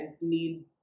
need